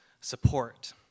support